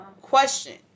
question